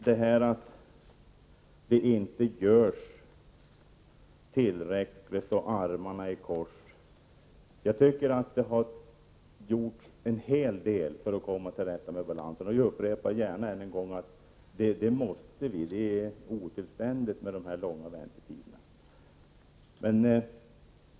Det sägs att det inte görs tillräckligt och att människor sitter med armarna i kors. Men jag tycker att det har gjorts en hel del för att komma till rätta med balanserna, och jag upprepar gärna än en gång att vi måste göra det, eftersom det är otillständigt med dessa långa väntetider.